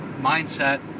mindset